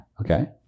Okay